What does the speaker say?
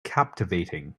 captivating